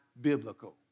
biblical